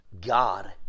God